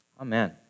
Amen